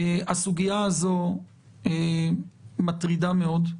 הסוגיה הזו מטרידה מאוד.